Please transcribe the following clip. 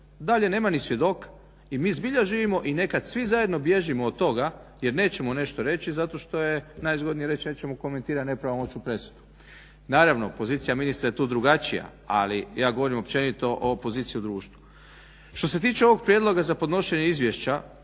dalje nema ni svjedoka. I mi zbilja živimo i nekad svi zajedno bježimo od toga jer nećemo nešto reći zato što je najzgodnije reći nećemo komentirati nepravomoćnu presudu. Naravno pozicija ministra je tu drugačija, ali ja govorim općenito o poziciji u društvu. Što se tiče ovog prijedloga za podnošenje izvješća,